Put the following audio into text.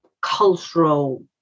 cultural